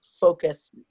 focus